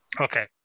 Okay